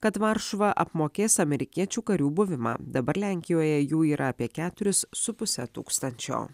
kad varšuva apmokės amerikiečių karių buvimą dabar lenkijoje jų yra apie keturis su puse tūkstančio